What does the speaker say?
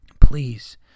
Please